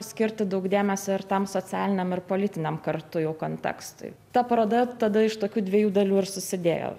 skirti daug dėmesio ir tam socialiniam ir politiniam kartu jau kontekstui ta paroda tada iš tokių dviejų dalių ir susidėjo